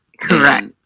Correct